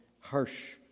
harsh